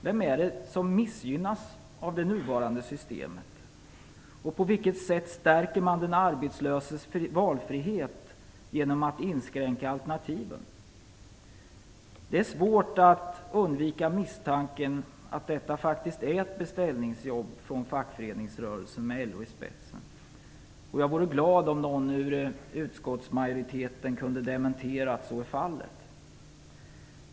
Vem är det som missgynnas av det nuvarande systemet? På vilket sätt stärker man den arbetslöses valfrihet genom att inskränka alternativen? Det är svårt att undvika misstanken att detta faktiskt är ett beställningsjobb från fackföreningsrörelsen med LO i spetsen. Jag vore glad om någon från utskottsmajoriteten kunde dementera att så är fallet.